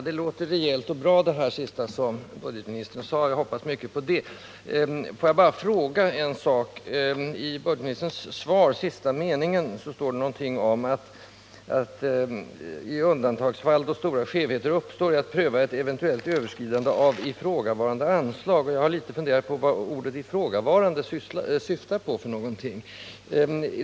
Herr talman! Det sista som budgetministern sade låter rejält och bra. Jag hoppas mycket av det. Får jag bara ställa en fråga: I sista meningen av budgetministerns svar står det något om att i undantagsfall, då stora skevheter uppstår, skulle en enkel metod vara att pröva ett eventuellt överskridande av ifrågavarande anslag. Jag har funderat litet på vad ordet ”ifrågavarande” syftar på.